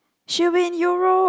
she'll be in Europe